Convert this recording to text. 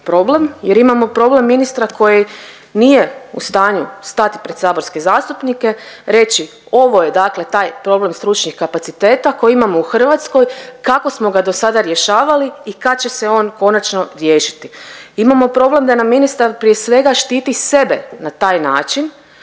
jer imamo problem ministra koji nije u stanju stati pred saborske zastupnike, reći ovo je dakle taj problem stručnih kapaciteta koji imamo u Hrvatskoj, kako smo ga do sada rješavali i kad će se on konačno riješiti. Imamo problem da nam ministar prije svega, štiti sebe na taj način,